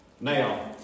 Now